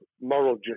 moral